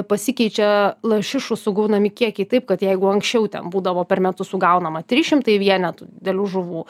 pasikeičia lašišų sugaunami kiekiai taip kad jeigu anksčiau ten būdavo per metus sugaunama trys šimtai vienetų didelių žuvų